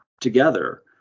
together